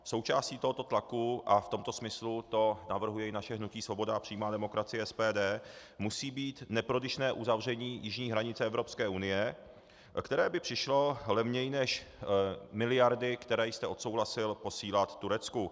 Součástí tohoto tlaku, a v tomto smyslu to navrhuje naše hnutí Svoboda a přímá demokracie, SPD, musí být neprodyšné uzavření jižní hranice EU, které by přišlo levněji než miliardy, které jste odsouhlasil posílat Turecku.